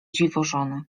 dziwożony